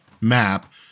map